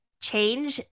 change